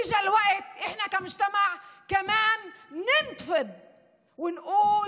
והגיע הזמן שאנחנו כחברה גם נתקומם ונאמר: